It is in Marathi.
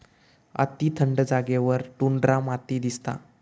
अती थंड जागेवर टुंड्रा माती दिसता